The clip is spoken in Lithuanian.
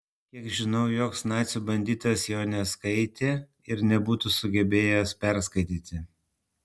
kiek žinau joks nacių banditas jo neskaitė ir nebūtų sugebėjęs perskaityti